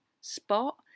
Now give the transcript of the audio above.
spot